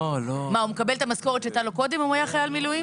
הוא מקבל את המשכורת שהייתה לו קודם אם הוא היה חייל מילואים?